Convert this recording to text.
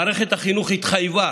מערכת החינוך התחייבה